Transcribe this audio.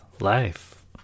life